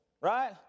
right